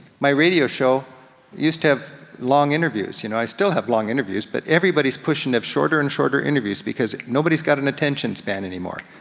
my radio show used to have long interviews. you know, i still have long interviews, but everybody's pushing to have shorter, and shorter interviews because nobody's got an attention span anymore.